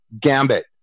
gambit